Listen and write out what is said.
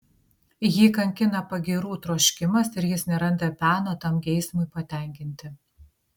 jį kankina pagyrų troškimas ir jis neranda peno tam geismui patenkinti